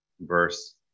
verse